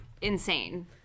insane